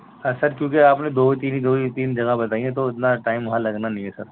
آج سر کیونکہ آپ نے دو تین دو ہی تین جگہ بتائی ہیں تو اتنا ٹائم وہاں لگنا نہیں ہے سر